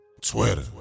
Twitter